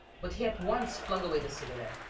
but he at once flung away the cigarette,